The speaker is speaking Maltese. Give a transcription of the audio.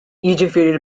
jiġifieri